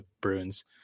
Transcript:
Bruins